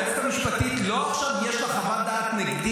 זה לא שעכשיו יש ליועצת המשפטית חוות דעת נגדי,